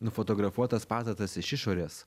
nufotografuotas pastatas iš išorės